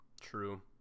true